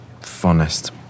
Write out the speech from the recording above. funnest